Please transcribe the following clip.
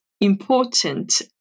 important